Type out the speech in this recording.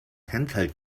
handheld